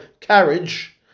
carriage